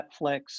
Netflix